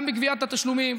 גם בגביית התשלומים,